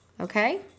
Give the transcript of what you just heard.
Okay